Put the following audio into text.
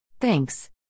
Thanks